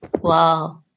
Wow